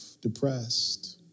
depressed